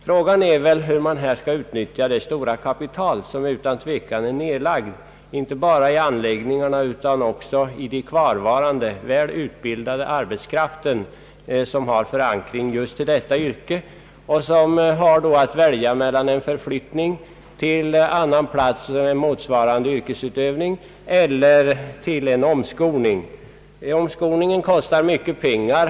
Frågan är hur man skall kunna utnyttja det stora kapital, som utan tvivel är nedlagt inte bara i anläggningarna utan också i den kvarvarande väl utbildade arbetskraften, som har förankring på det aktuella yrkesområdet och som annars skulle ha att välja mellan en förflyttning till annan ort i motsvarande yrkesutövning eller en omskolning. En omskolning kostar emellertid mycket pengar.